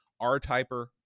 R-Typer